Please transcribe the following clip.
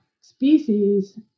species